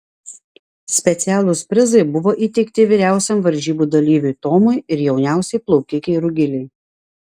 specialūs prizai buvo įteikti vyriausiam varžybų dalyviui tomui ir jauniausiai plaukikei rugilei